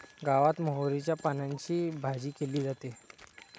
गावात मोहरीच्या पानांची भाजी केली जाते